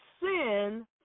sin